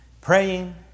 praying